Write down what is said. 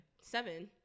seven